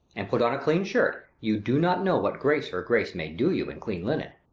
and put on a clean shirt you do not know what grace her grace may do you in clean linen.